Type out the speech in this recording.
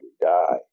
die